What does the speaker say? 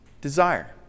Desire